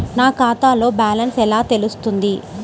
నా ఖాతాలో బ్యాలెన్స్ ఎలా తెలుస్తుంది?